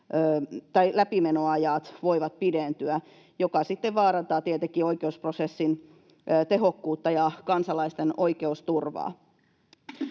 läpimenoajat voivat pidentyä, mikä sitten vaarantaa tietenkin oikeusprosessin tehokkuutta ja kansalaisten oikeusturvaa.